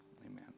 Amen